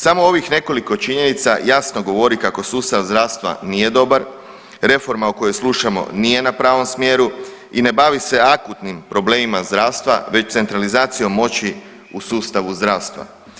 Samo ovih nekoliko činjenica jasno govori kako sustav zdravstva nije dobar, reforma o kojoj slušamo nije na pravom smjeru i ne bavi se akutnim problemima zdravstva već centralizacijom moći u sustavu zdravstva.